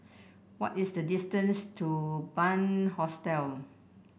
what is the distance to Bunc Hostel